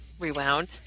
rewound